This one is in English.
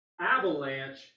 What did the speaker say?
avalanche